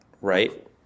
right